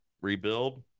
rebuild